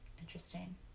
Interesting